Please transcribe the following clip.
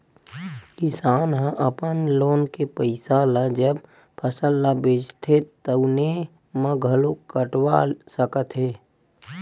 किसान ह अपन लोन के पइसा ल जब फसल ल बेचथे तउने म घलो कटवा सकत हे